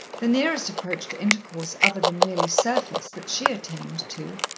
the nearest approach to intercourse other than merely surface that she attained to,